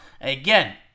Again